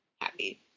happy